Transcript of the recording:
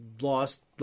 lost